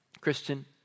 Christian